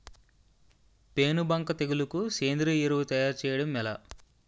పేను బంక తెగులుకు సేంద్రీయ ఎరువు తయారు చేయడం ఎలా?